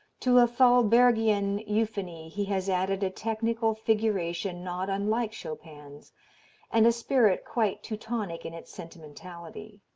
to a thalberg-ian euphony he has added a technical figuration not unlike chopin's, and a spirit quite teutonic in its sentimentality.